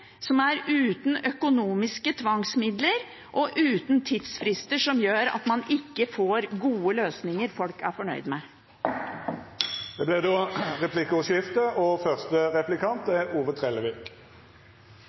som er uten økonomisk tvangsmidler og uten tidsfrister som gjør at man ikke får gode løsninger folk er fornøyd med. Det blir replikkordskifte. Det er heilt rett: Dette er ei demokratireform – og